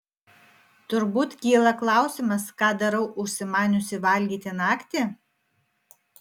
turbūt kyla klausimas ką darau užsimaniusi valgyti naktį